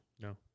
No